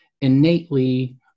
innately